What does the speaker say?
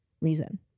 reason